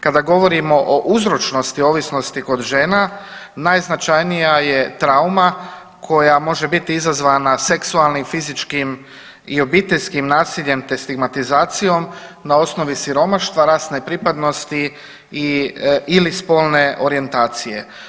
Kada govorimo o uzročnosti ovisnosti kod žena najznačajnija je trauma koja može biti izazvana seksualnim fizičkim i obiteljskim nasiljem te stigmatizacijom na osnovi siromaštva, rasne pripadnosti i/ili spolne orijentacije.